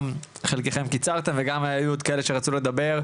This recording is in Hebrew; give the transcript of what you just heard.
גם חלקכם קיצרתם, וגם היו כאלה שרצו לדבר.